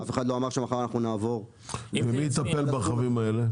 אף אחד לא אמר שמחר אנחנו נעבור --- ומי יטפל ברכבים האלה?